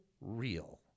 real